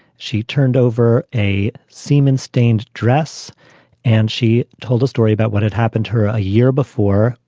she turned over a semen stained dress and she told a story about what had happened to her a year before.